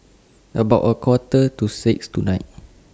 about A Quarter to six tonight